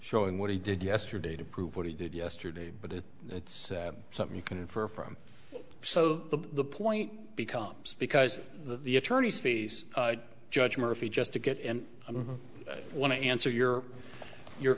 showing what he did yesterday to prove what he did yesterday but it it's something you can infer from so the point becomes because the attorney's fees judge murphy just to get and i don't want to answer your your